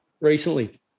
recently